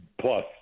plus